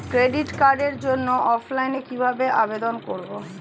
Credit কার্ডের জন্য অফলাইনে কিভাবে আবেদন করব?